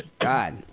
god